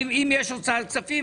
אם יש הוצאת כספים,